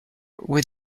were